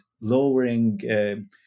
lowering